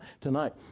tonight